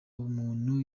ubumuntu